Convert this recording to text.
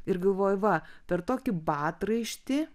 ir galvoju va per tokį batraištį